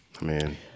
Man